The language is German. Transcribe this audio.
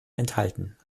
enthalten